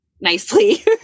nicely